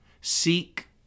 seek